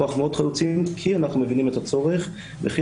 פה אנחנו מאוד חלוציים כי אנחנו מבינים את הצורך וכי